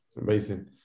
Amazing